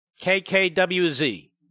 KKWZ